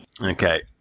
Okay